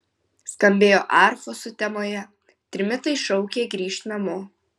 skambėjo arfos sutemoje trimitai šaukė grįžt namo